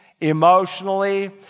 emotionally